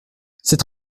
c’est